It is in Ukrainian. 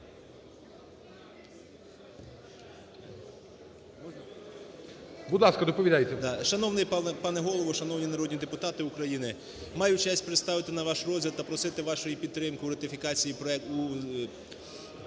ГРИЦЕНКО О.В. Шановний пане Голово, шановні народні депутати України! Маю честь представити на ваш розгляд та просити вашої підтримки у ратифікації проекту…